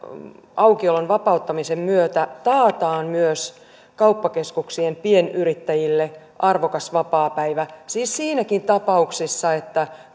aukiolon vapauttamisen myötä taataan myös kauppakeskuksien pienyrittäjille arvokas vapaapäivä siis siinäkin tapauksessa että